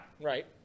Right